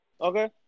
Okay